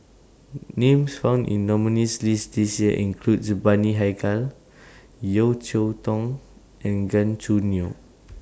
Names found in nominees' list This Year include The Bani Haykal Yeo Cheow Tong and Gan Choo Neo